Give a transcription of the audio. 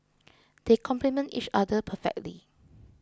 they complement each other perfectly